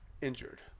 injured